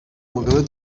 mugabe